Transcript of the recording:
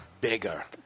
bigger